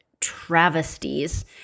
travesties